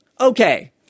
Okay